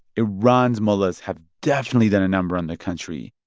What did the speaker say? iran's mullahs have definitely done a number on the country.